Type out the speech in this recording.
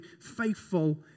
faithful